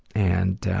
and